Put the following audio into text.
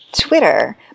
Twitter